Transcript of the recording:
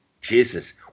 Jesus